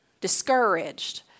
discouraged